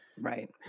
Right